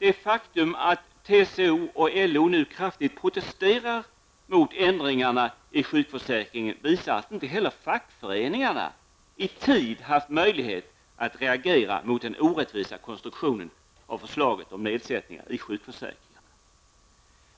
Det faktum att TCO och LO nu kraftigt protesterar mot ändringar i sjukförsäkringen visar att inte heller fackföreningarna i tid haft möjlighet att reagera mot den orättvisa konstruktionen av förslaget om nedsättningar i sjukförsäkringarna.